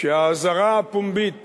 שהאזהרה הפומבית